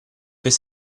fais